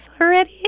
already